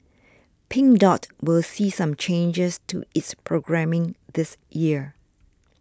Pink Dot will see some changes to its programming this year